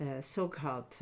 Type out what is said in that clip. so-called